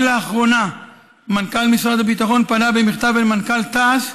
רק לאחרונה מנכ"ל משרד הביטחון פנה במכתב אל מנכ"ל תע"ש